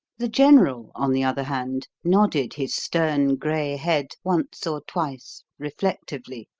the general, on the other hand, nodded his stern grey head once or twice reflectively.